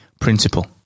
principle